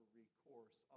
recourse